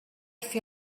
fer